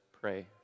pray